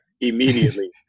immediately